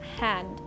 hand